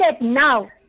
now